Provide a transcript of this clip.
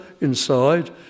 inside